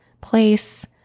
place